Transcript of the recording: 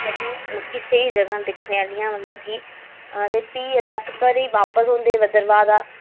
बड़ियां मतलब कि स्हेई जगह न दिक्खने आह्लियां मतलब कि ते फ्ही जेल्लै अस घरै गी बापस औंदे भद्रवाह दा